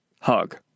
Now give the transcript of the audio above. Hug